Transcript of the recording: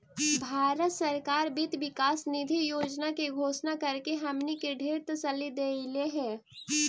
भारत सरकार वित्त विकास निधि योजना के घोषणा करके हमनी के ढेर तसल्ली देलई हे